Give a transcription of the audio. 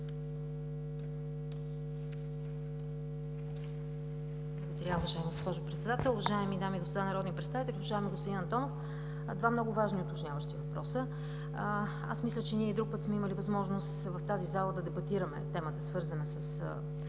Благодаря, уважаема госпожо Председател. Уважаеми дами и господа народни представители! Уважаеми господин Антонов, два много важни уточняващи въпроса. Мисля, че ние и друг път сме имали възможност в тази зала да дебатираме темата, свързана с